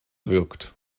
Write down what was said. wirkt